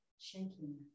Shaking